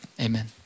amen